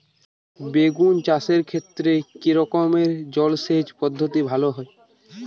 বেগুন চাষের ক্ষেত্রে কি রকমের জলসেচ পদ্ধতি ভালো হয়?